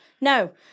No